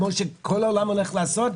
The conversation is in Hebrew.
כמו שכל העולם הולך לעשות,